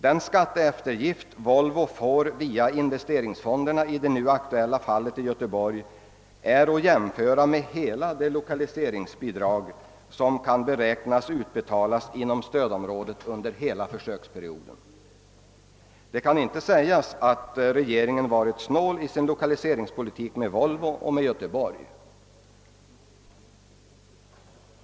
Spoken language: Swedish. Den skatteeftergift som Volvo får via investeringsfonderna kan jämföras med hela det lokaliseringsbidrag som man beräknar att betala ut inom stödområdet under hela försöksperioden 1965— 70. Regeringen har inte varit snål i sin lokaliseringspolitik beträffande Volvo och Göteborg.